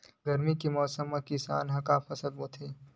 गरमी के मौसम मा किसान का फसल बोथे?